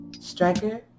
Striker